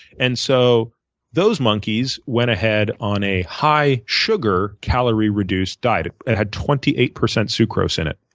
and so those monkeys went ahead on a high sugar, calorie reduced diet. it had twenty eight percent sucrose in it.